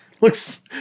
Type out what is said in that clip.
looks